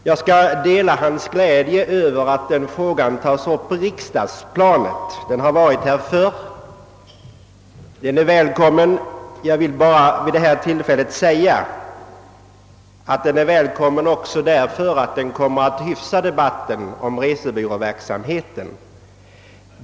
Jag delar hans glädje över att frågan tas upp på riksdagsplanet. Den har varit här förr, och den är välkommen åter. Den är välkommen också därför att den kommer att hyfsa debatten om resebyråverksamheten.